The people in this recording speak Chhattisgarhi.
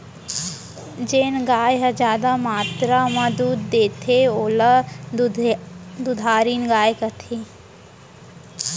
जेन गाय ह जादा मातरा म दूद देथे ओला दुधारिन गाय कथें